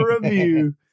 review